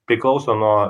priklauso nuo